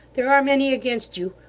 there are many against you,